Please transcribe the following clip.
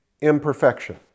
imperfection